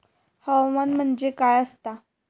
हवामान म्हणजे काय असता?